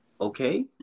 Okay